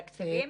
תקציבים?